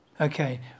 Okay